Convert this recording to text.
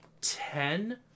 Ten